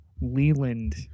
Leland